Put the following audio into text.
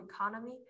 economy